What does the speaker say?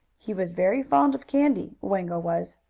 he was very fond of candy, wango was.